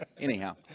Anyhow